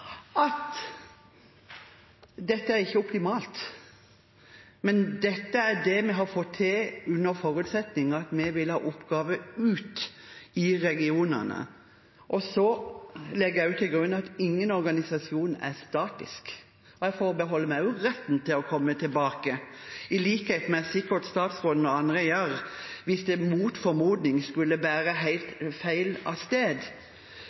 er dette vi har fått til, under forutsetning av at vi vil ha oppgaver ut i regionene. Jeg legger også til grunn at ingen organisasjon er statisk. Jeg forbeholder meg også retten til å komme tilbake – sikkert i likhet med statsråden og andre – hvis det mot formodning skulle bære helt galt av sted.